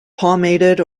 palmated